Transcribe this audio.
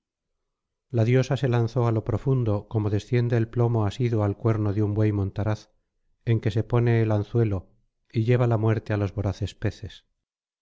la diosa se lanzó á lo profundo como desciende el plomo asido al cuerno de un buey montaraz en que se pone el anzuelo y lleva la muerte á los voraces peces